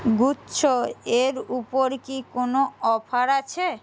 গুচ্ছ এর উপর কি কোনো অফার আছে